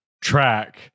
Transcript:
track